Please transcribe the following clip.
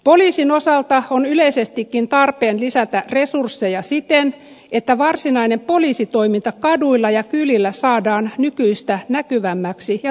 poliisin osalta on yleisestikin tarpeen lisätä resursseja siten että varsinainen poliisitoiminta kaduilla ja kylillä saadaan nykyistä näkyvämmäksi ja tuntuvammaksi